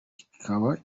ikaba